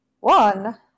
one